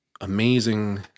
amazing